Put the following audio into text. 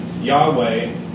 Yahweh